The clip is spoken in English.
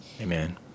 Amen